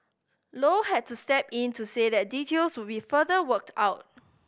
low had to step in to say that details would be further worked out